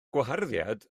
gwaharddiad